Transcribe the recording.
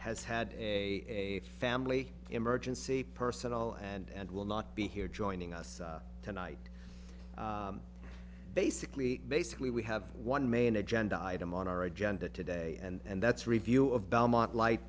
has had a family emergency personnel and will not be here joining us tonight basically basically we have one main agenda item on our agenda today and that's review of belmont light